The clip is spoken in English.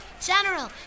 General